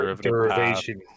derivation